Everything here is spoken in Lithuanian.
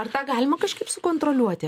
ar tą galima kažkaip sukontroliuoti